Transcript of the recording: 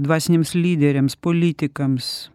dvasiniams lyderiams politikams